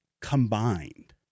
combined